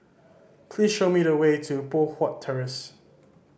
please show me the way to Poh Huat Terrace